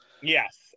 Yes